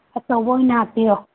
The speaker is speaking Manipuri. ꯑꯆꯧꯕ ꯑꯣꯏꯅ ꯍꯥꯞꯄꯤꯌꯣ